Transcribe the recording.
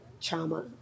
trauma